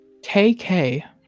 KK